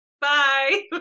Bye